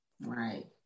Right